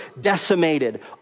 decimated